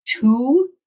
two